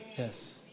Yes